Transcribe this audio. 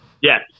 Yes